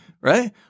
Right